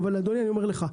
אבל אדוני, אני אומר לך: